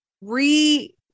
re